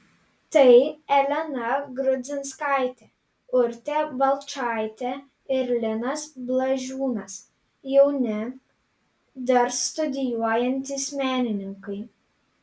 tai elena grudzinskaitė urtė balčaitė ir linas blažiūnas jauni dar studijuojantys menininkai